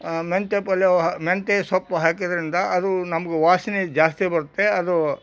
ಮೆಂತ್ಯೆ ಪಲ್ಯ ಮೆಂತ್ಯೆ ಸೊಪ್ಪು ಹಾಕಿದ್ದರಿಂದ ಅದು ನಮ್ಗೆ ವಾಸನೆ ಜಾಸ್ತಿ ಬರುತ್ತೆ ಅದು